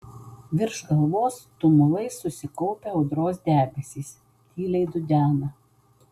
virš galvos tumulais susikaupę audros debesys tyliai dudena